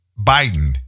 Biden